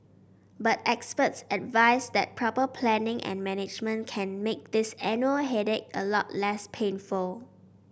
but experts advice that proper planning and management can make this annual headache a lot less painful